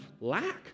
lack